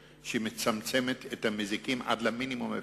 שמצמצמת את הנזקים עד למינימום האפשרי.